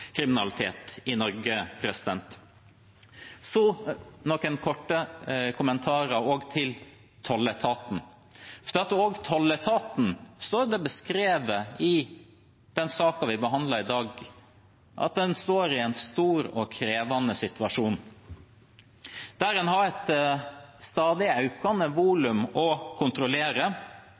i Norge. Noen korte kommentarer også om Tolletaten: Også Tolletaten står i en stor og krevende situasjon, blir det beskrevet i den saken vi behandler i dag. En har et stadig økende volum å kontrollere, og det står rett fram i saken at det kan bli vanskelig å